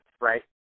Right